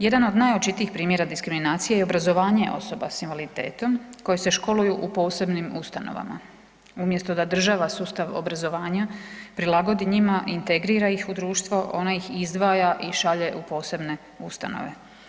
Jedan od najočitijih primjera diskriminacije je i obrazovanje osoba s invaliditetom koje se školuju u posebnim ustanovama umjesto da država sustav obrazovanja prilagodi njima, integrira ih u društvo ona ih izdvaja i šalje u posebne ustanove.